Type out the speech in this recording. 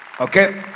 Okay